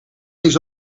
eens